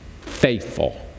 faithful